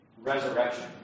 resurrection